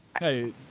Hey